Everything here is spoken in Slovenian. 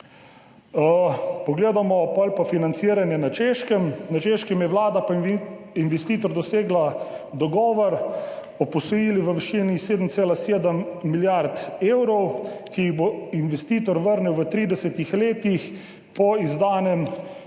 Pogledamo pa financiranje na Češkem. Na Češkem sta vlada pa investitor dosegla dogovor o posojilih v višini 7,7 milijarde evrov, ki jih bo investitor vrnil v 30 letih po izdanem